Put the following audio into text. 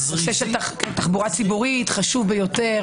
תחבורה ציבורית, חשוב ביותר.